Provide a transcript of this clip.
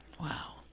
Wow